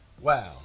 Wow